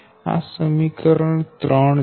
આ સમીકરણ 3 છે